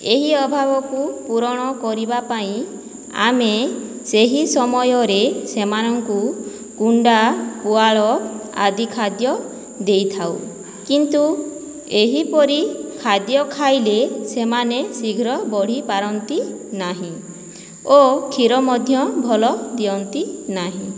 ଏହି ଅଭାବକୁ ପୁରଣ କରିବା ପାଇଁ ଆମେ ସେହି ସମୟରେ ସେମାନଙ୍କୁ କୁଣ୍ଡା ପୁଆଳ ଆଦି ଖାଦ୍ୟ ଦେଇଥାଉ କିନ୍ତୁ ଏହିପରି ଖାଦ୍ୟ ଖାଇଲେ ସେମାନେ ଶୀଘ୍ର ବଢ଼ିପାରନ୍ତି ନାହିଁ ଓ କ୍ଷୀର ମଧ୍ୟ ଭଲ ଦିଅନ୍ତି ନାହିଁ